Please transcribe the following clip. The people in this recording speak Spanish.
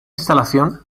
instalación